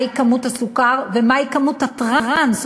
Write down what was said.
מהי כמות הסוכר ומהי כמות הטראנס,